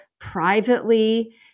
privately